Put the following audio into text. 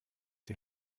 die